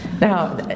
Now